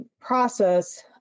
Process